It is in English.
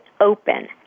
open